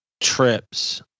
trips